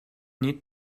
need